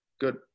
Good